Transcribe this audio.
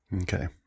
Okay